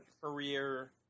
career